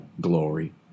glory